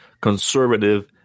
conservative